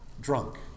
drunk